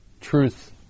truth